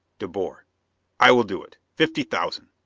de boer i will do it! fifty thousand.